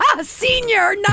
Senior